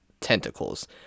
tentacles